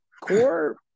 CORE